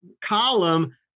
column